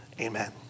Amen